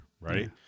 Right